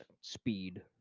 speed